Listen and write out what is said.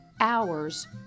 hours